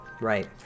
Right